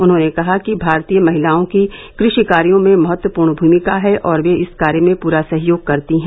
उन्होंने कहा कि भातरीय महिलाओं की कृषि कार्यो में महत्वपूर्ण भूमिका है और वे इस कार्य में पूरा सहयोग करती है